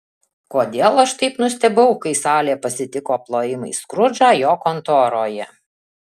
kodėl aš taip nustebau kai salė pasitiko plojimais skrudžą jo kontoroje